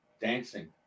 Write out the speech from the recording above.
dancing